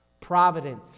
Providence